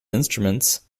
instruments